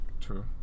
True